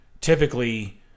typically